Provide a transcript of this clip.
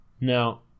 now